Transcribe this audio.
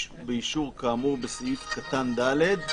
"באישור כאמור בסעיף קטן (ד)",